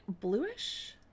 bluish